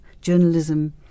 Journalism